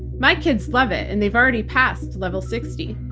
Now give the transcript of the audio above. my kids love it, and they've already passed level sixty.